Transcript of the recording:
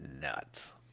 nuts